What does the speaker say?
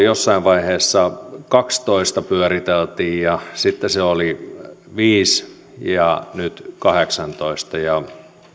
jossain vaiheessa kahtatoista pyöriteltiin sitten alueita oli viisi ja nyt kahdeksantoista ja